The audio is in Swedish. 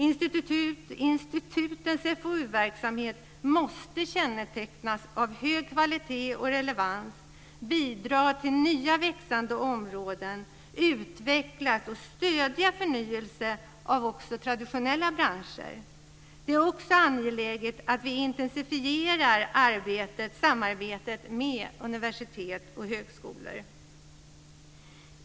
Institutens FoU-verksamhet måste kännetecknas av hög kvalitet och relevans, bidra till att nya växande områden utvecklas och stödja förnyelse av traditionella branscher. Det är också angeläget att vi intensifierar samarbetet med universitet och högskolor.